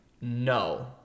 no